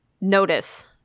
notice